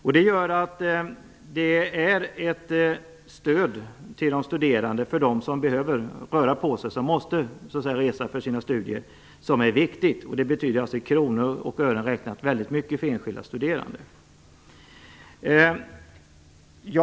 CSN-kortet är ett viktigt stöd till de studerande som behöver röra på sig och som måste resa till andra studieorter. I kronor och ören räknat betyder det väldigt mycket för enskilda studerande.